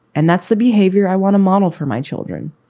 and that's the behavior i want to model for my children.